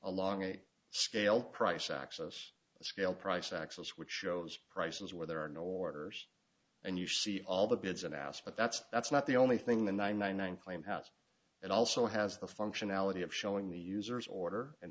along a scale price access scale price access which shows prices where there are no orders and you see all the bids an ass but that's that's not the only thing the nine one one claim house and also has the functionality of showing the users order in